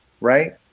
right